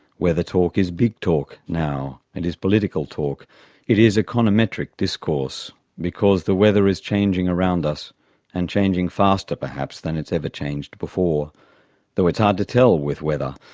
weather talk is big talk now, and it's political talk it is econometric discourse because the weather is changing around us and changing faster perhaps than it's ever changed before though it's hard to tell with weather,